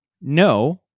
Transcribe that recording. No